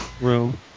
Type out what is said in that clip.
Room